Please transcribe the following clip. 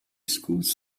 schools